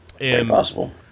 impossible